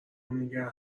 نگه